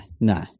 no